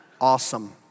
Awesome